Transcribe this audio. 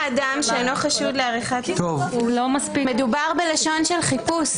--- האדם שאינו חשוד לעריכת --- מדובר בלשון של חיפוש,